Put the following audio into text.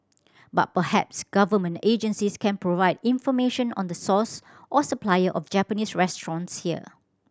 but perhaps Government agencies can provide information on the source or supplier of Japanese restaurants here